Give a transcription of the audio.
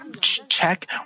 check